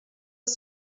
els